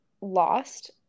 lost